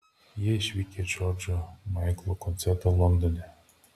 jie išvykę į džordžo maiklo koncertą londone